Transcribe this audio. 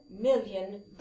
million